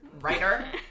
Writer